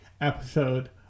episode